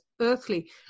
earthly